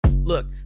Look